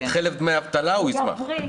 חלף דמי אבטלה הוא ישמח - זו יוזמה שלו.